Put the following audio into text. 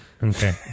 okay